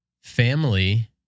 Family